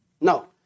No